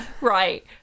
right